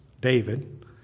David